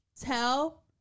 Tell